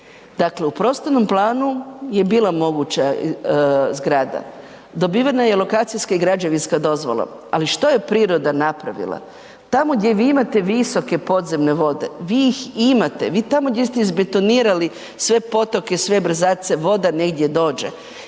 Dakle, u prostornom planu je bila moguća zgrada. Dobivena je lokacijska i građevinska dozvola. Ali, što je priroda napravila? Tamo gdje vi imate visoke podzemne vode, vi ih imate, vi tamo gdje se izbetonirali sve potoke, sve brzace, voda negdje dođe